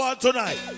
tonight